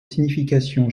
signification